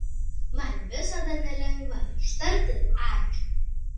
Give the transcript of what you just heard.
man visada nelengva ištarti ačiū